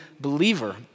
believer